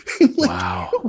Wow